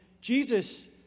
Jesus